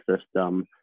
system